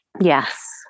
Yes